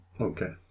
Okay